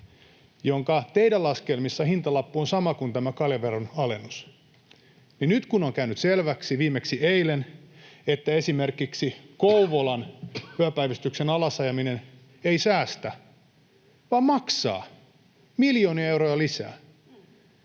teidän laskelmissanne on sama kuin kaljaveron alennus, niin nyt kun on käynyt selväksi, viimeksi eilen, että esimerkiksi Kouvolan yöpäivystyksen alasajaminen ei säästä vaan maksaa miljoonia euroja lisää,